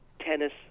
tennis